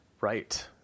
Right